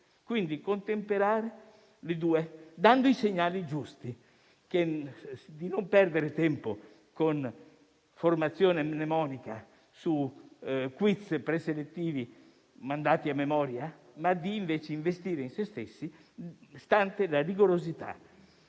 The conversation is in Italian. Quindi, contemperiamo le due istanze, dando i segnali giusti: non perdere tempo con formazione mnemonica su quiz preselettivi imparati a memoria, ma investire su se stessi, stante la rigorosità